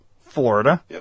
Florida